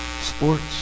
Sports